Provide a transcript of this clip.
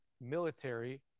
military